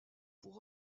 pour